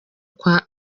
kwa